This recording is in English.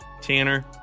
Tanner